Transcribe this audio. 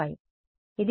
5 ఇది 0